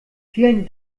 vielen